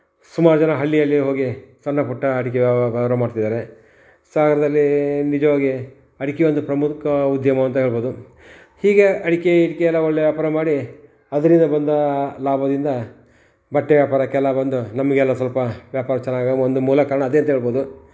ಸುಮಾರು ಜನ ಹಳ್ಳಿಯಲ್ಲಿ ಹೋಗಿ ಸಣ್ಣಪುಟ್ಟ ಅಡಿಕೆ ವ್ಯವಗಾರ ಮಾಡ್ತಿದ್ದಾರೆ ಸಾಗರದಲ್ಲಿ ನಿಜವಾಗಿ ಅಡಿಕೆ ಒಂದು ಪ್ರಮುಖ ಉದ್ಯಮ ಅಂತ ಹೇಳ್ಬೋದು ಹೀಗೆ ಅಡಿಕೆ ಗಿಡಿಕೆ ಎಲ್ಲ ಒಳ್ಳೆ ವ್ಯಾಪಾರ ಮಾಡಿ ಅದರಿಂದ ಬಂದ ಲಾಭದಿಂದ ಬಟ್ಟೆ ವ್ಯಾಪಾರಕ್ಕೆಲ್ಲ ಬಂದು ನಮ್ಗೆಲ್ಲ ಸ್ವಲ್ಪ ವ್ಯಾಪಾರ ಚೆನ್ನಾಗಾ ಒಂದು ಮೂಲ ಕಾರಣ ಅದೇ ಅಂತ ಹೇಳ್ಬೋದು